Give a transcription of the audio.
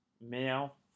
male